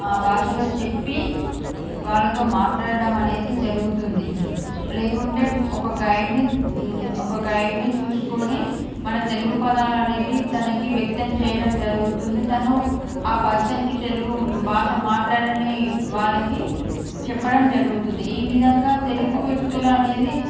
ఆ భాషలో చెప్పి వాళ్ళతో మాట్లాడడం అనేది జరుగుతుంది లేకుంటే ఒక గైడ్ని ఒక గైడ్ని చూసుకొని మన తెలుగు పదాలు అనేవి తనకి వ్యక్తం చేయడం జరుగుతుంది తను ఆ పర్సన్కి తెలుగు భాష మాట్లాడని వాళ్లకి చెప్పడం జరుగుతుంది ఈ విధంగా తెలుగు వ్యక్తులనేది